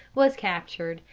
was captured,